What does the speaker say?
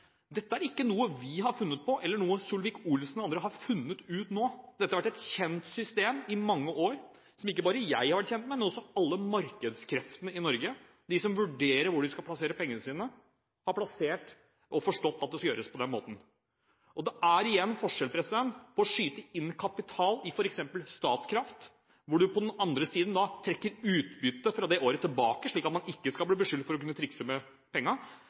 dette. Men det som dette i bunn og grunn handler om, er at dette er ikke noe vi har funnet på, eller noe Solvik-Olsen og andre har funnet ut nå. Dette har vært et kjent system i mange år, et system som ikke bare jeg har vært kjent med, men alle markedskreftene i Norge. De som vurderer hvor de skal plassere pengene sine, har forstått at det skal gjøres på den måten. Og igjen: Det er forskjell på å skyte inn kapital i f.eks. Statkraft, hvor du på den andre siden da trekker utbytte fra det året tilbake, slik at man ikke skal bli